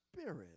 spirit